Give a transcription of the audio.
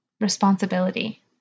responsibility